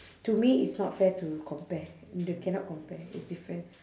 to me it's not fair to compare the cannot compare it's different